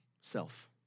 Self